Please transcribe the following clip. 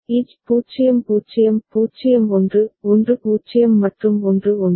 IJ 0 0 0 1 1 0 மற்றும் 1 1